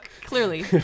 Clearly